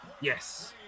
Yes